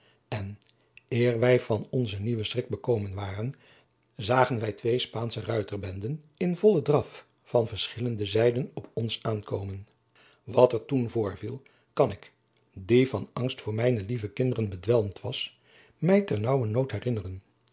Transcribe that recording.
en eer wij van onzen nieuwen schrik bekomen waren zagen wij twee spaansche ruiterbenden in vollen draf van verschillende zijden op ons aankomen wat er toen voorviel kan ik die van angst voor mijne lieve kinderen bedwelmd was mij ter naauwer nood herinneren